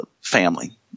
family